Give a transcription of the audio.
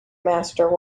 master